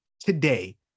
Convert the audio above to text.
today